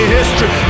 history